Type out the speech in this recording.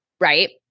right